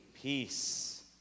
peace